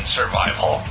survival